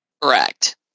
Correct